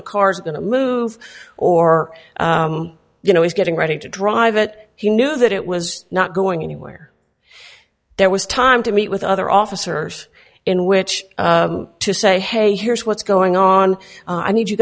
the cars are going to move or you know he's getting ready to drive it he knew that it was not going anywhere there was time to meet with other officers in which to say hey here's what's going on i need you